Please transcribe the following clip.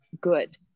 good